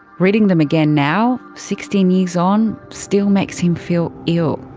reading them again now, sixteen years on, still makes him feel ill.